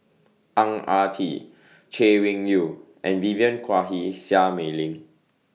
Ang Ah Tee Chay Weng Yew and Vivien Quahe Seah Mei Lin